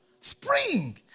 Spring